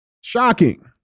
Shocking